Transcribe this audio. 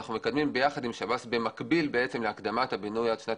אנחנו מקדמים יחד עם שב"ס במקביל להקדמת הבינוי עד שנת